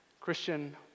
Christian